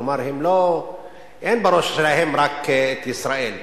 כלומר אין בראש שלהם רק ישראל.